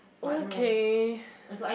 okay